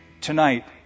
tonight